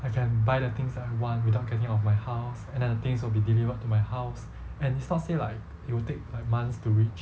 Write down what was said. I can buy the things that I want without getting out of my house and then the things will be delivered to my house and it's not say like it will take like months to reach